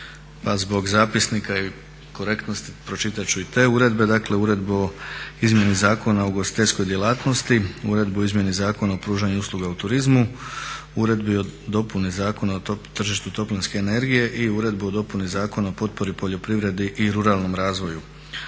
zbog zapisnika i korektnosti pročitati ću i te uredbe. Dakle Uredbu o izmjeni Zakona o ugostiteljskoj djelatnosti, Uredbu o izmjeni Zakona o pružanju usluga u turizmu, Uredbi o dopuni Zakona o tržištu toplinske energije i Uredbu o dopuni Zakona o potpori poljoprivredi i ruralnom razvoju.